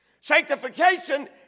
Sanctification